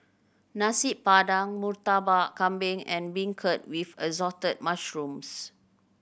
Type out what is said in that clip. Nasi Padang Murtabak Kambing and beancurd with Assorted Mushrooms